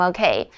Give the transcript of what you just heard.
Okay